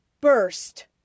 burst